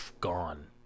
gone